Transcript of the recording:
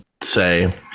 say